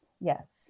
Yes